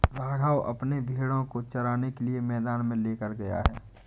राघव अपने भेड़ों को चराने के लिए मैदान में लेकर गया है